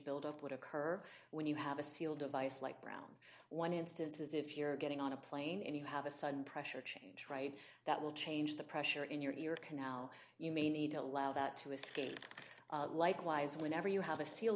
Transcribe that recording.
build up would occur when you have a sealed device like brown one instance is if you're getting on a plane and you have a sudden pressure change right that will change the pressure in your can now you may need to allow that to escape likewise whenever you have a s